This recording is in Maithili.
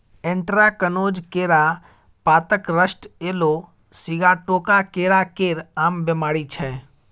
एंट्राकनोज, केरा पातक रस्ट, येलो सीगाटोका केरा केर आम बेमारी छै